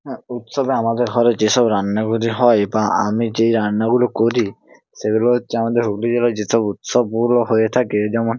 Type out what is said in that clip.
হ্যাঁ উৎসবে আমাদের ঘরে যেসব রান্নাগুলি হয় বা আমি যেই রান্নাগুলো করি সেগুলো হচ্ছে আমাদের হুগলি জেলায় যেসব উৎসবগুলো হয়ে থাকে যেমন